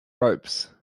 ropes